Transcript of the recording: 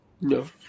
No